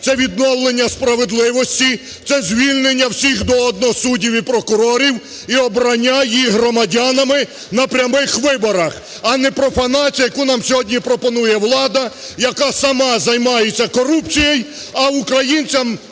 це відновлення справедливості, це звільнення всіх до одного суддів і прокурорів і обрання їх громадянами на прямих виборах! А не профанація, яку нам сьогодні пропонує влада, яка сама займається корупцією, а українцям